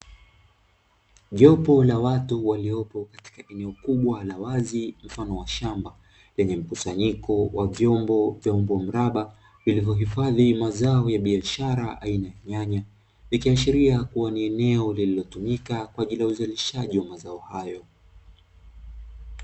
Jopo la watu, waliopo katika eneo kubwa la wazi mfano wa shamba, lenye mkusanyiko wa vyombo vyenye umbo mraba, vilivyohifadhi mazao ya biashara aina ya nyanya. Ikiashiria kuwa ni eneo lililotumika kwa ajili ya uzalishaji wa mazao hayo.